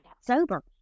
sober